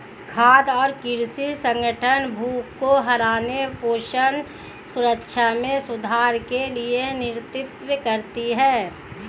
खाद्य और कृषि संगठन भूख को हराने पोषण सुरक्षा में सुधार के लिए नेतृत्व करती है